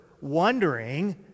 wondering